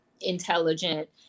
intelligent